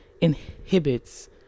inhibits